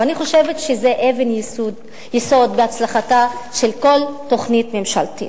ואני חושבת שזה אבן יסוד בהצלחתה של כל תוכנית ממשלתית.